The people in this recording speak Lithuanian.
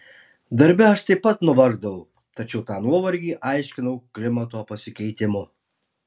darbe aš taip pat nuvargdavau tačiau tą nuovargį aiškinau klimato pasikeitimu